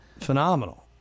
Phenomenal